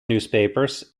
newspapers